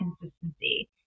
consistency